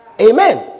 Amen